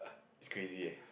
it's crazy eh